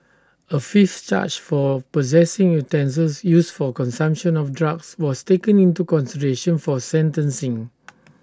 A fifth charge for possessing utensils used for consumption of drugs was taken into consideration for sentencing